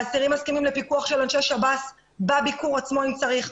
האסירים מסכימים לפיקוח של אנשי שב"ס בביקור עצמו אם צריך.